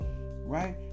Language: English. right